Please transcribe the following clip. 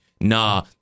Nah